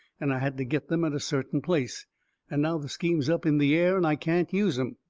and i had to get them at a certain place and now the scheme's up in the air and i can't use em.